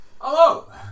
Hello